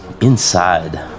inside